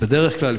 זה בדרך כלל,